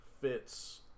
fits